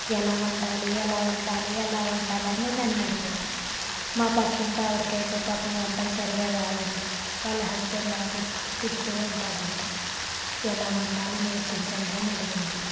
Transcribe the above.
ఎలా వండాలి ఎలా వండాలి ఎలా వండాలని నన్ను అడిగారు మా పక్కింటి ఆవిడకి అయితే పాపం వంటలు సరిగా రావండి వాళ్ళ హస్బెండ్ అంటే ఎప్పుడు తిడుతూ ఉంటాడంట ఎలా వండాలి నేర్పించండి అని అడిగింది